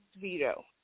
veto